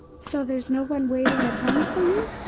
so there's no one waiting at home for you?